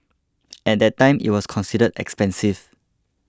at that time it was considered expensive